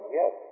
yes